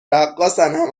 رقاصن